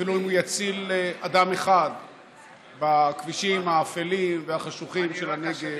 אפילו אם הוא יציל אדם אחד בכבישים האפלים והחשוכים של הנגב,